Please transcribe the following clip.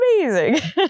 amazing